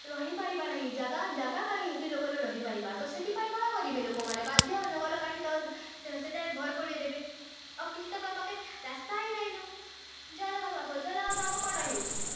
ରହିପାରିବା ନାହିଁ ଜାଗା ଜାଗା କାହିଁ ହେତି ଲୋକର ରହିପାରିବା ତ ସେଥିପାଇଁ କ'ଣ କରିବେ ଲୋକମାନେ ବାଧ୍ୟ ଜଙ୍ଗଲ କାଟି ତା ସେଠାରେ ଘର ବନେଇ ଦେବେ ଆଉ କିଛି ତଙ୍କ ପାଖେ ରାସ୍ତା ହି ନାଇଁ ନାଇଁନ ଜଲ ଅଭାବ ଜଲ ଅଭାବ କ'ଣ ହେଉଛି